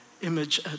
image